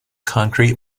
concrete